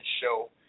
show